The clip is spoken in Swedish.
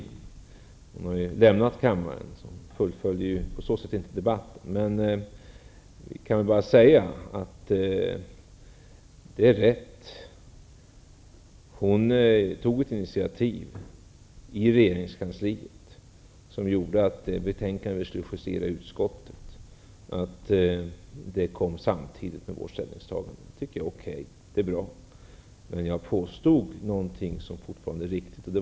Hon har lämnat kammaren, så hon kan ju inte fullfölja debatten. Det är rätt att hon tog ett initiativ i regeringskansliet som gjorde att det utskottsbetänkande som skulle justeras kom samtidigt med vårt ställningstagande. Det var okej. Men jag påstod någonting som fortfarande är riktigt.